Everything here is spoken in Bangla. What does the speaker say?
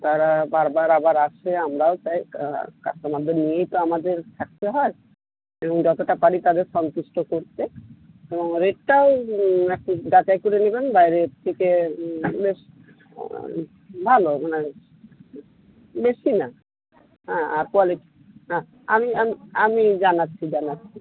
তারা বারবার আবার আসে আমরাও চাই কাস্টমারদের নিয়েই তো আমাদের থাকতে হয় এবং যতটা পারি তাদের সন্তুষ্ট করতে এবং রেটটাও একটু যাচাই করে নেবেন বাইরের থেকে বেশ ভালো মানে বেশি না হ্যাঁ আর কোয়ালিটি হ্যাঁ আমি আমি আমি জানাচ্ছি জানাচ্ছি